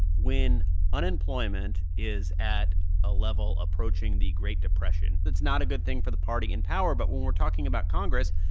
when unemployment is at a level approaching the great depression, that's not a good thing for the party in power. but when we're talking about congress,